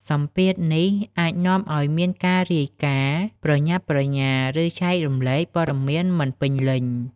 សម្ពាធនេះអាចនាំឱ្យមានការរាយការណ៍ប្រញាប់ប្រញាល់ ឬចែករំលែកព័ត៌មានមិនពេញលេញ។